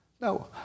No